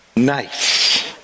nice